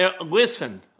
Listen